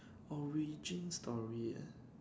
origin story really